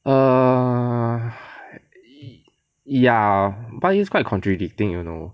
err ya but is quite contradicting you know